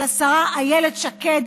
על השרה איילת שקד,